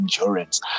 endurance